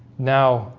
now